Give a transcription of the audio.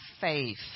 faith